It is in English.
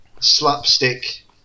slapstick